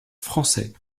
français